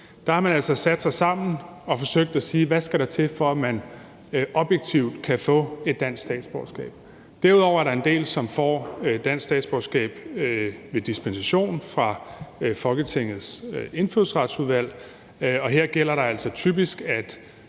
Der har man altså sat sig sammen og forsøgt at sige: Hvad skal der til, for at man objektivt kan få et dansk statsborgerskab? Derudover er der en del, som får dansk statsborgerskab ved dispensation fra Folketingets Indfødsretsudvalg, og her gælder det altså typisk, at